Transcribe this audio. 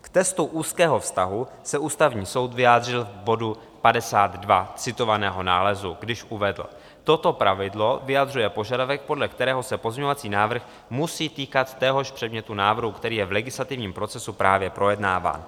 K testu úzkého vztahu se Ústavní soud vyjádřil v bodu 52 citovaného nálezu, když uvedl: Toto pravidlo vyjadřuje požadavek, podle kterého se pozměňovací návrh musí týkat téhož předmětu návrhu, který je v legislativním procesu právě projednáván.